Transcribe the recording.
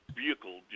vehicle